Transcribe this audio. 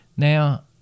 Now